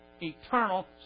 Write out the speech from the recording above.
Eternal